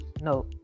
no